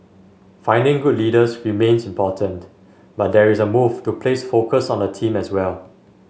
finding good leaders remains important but there is a move to place focus on the team as well